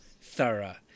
thorough